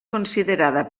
considerada